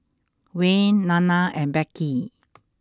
Wayne Nana and Becky